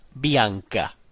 bianca